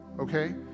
okay